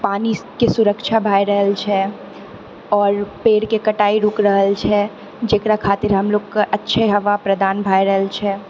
पानीके सुरक्षा भए रहल छै आओर पेड़के कटाइ रुकि रहल छै जकरा खातिर हमलोगकेँ अच्छे हवा प्रदान भए रहल छै